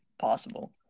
possible